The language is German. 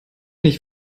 nicht